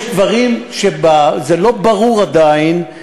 יש דברים שבהם זה לא ברור עדיין,